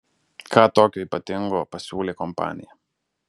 ką tokio ypatingo pasiūlė kompanija